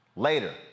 Later